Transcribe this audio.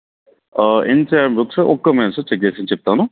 ఎన్ని sir books ఒక్క minute sir check చేసుకుని చెప్తాను